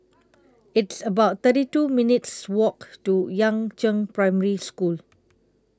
It's about thirty two minutes' Walk to Yangzheng Primary School